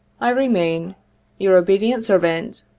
i remain your obedient servant,